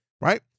right